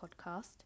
podcast